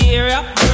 area